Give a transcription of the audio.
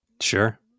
Sure